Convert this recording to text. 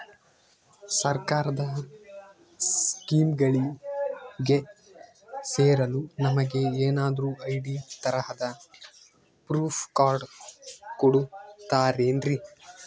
ಸರ್ಕಾರದ ಸ್ಕೀಮ್ಗಳಿಗೆ ಸೇರಲು ನಮಗೆ ಏನಾದ್ರು ಐ.ಡಿ ತರಹದ ಪ್ರೂಫ್ ಕಾರ್ಡ್ ಕೊಡುತ್ತಾರೆನ್ರಿ?